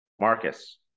Marcus